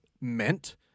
meant